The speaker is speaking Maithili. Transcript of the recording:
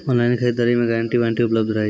ऑनलाइन खरीद दरी मे गारंटी वारंटी उपलब्ध रहे छै?